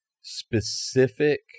specific